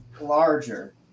larger